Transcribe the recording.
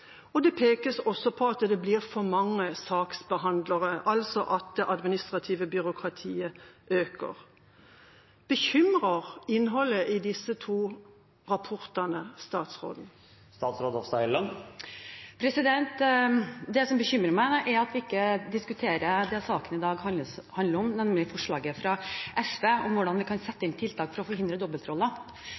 Det pekes også på at det blir for mange saksbehandlere, altså at det administrative byråkratiet øker. Bekymrer innholdet i disse to rapportene statsråden? Det som bekymrer meg, er at vi ikke diskuterer det saken i dag handler om, nemlig forslaget fra SV om hvordan vi kan sette inn tiltak for å forhindre